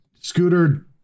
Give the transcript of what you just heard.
Scooter